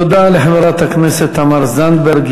תודה לחברת הכנסת תמר זנדברג.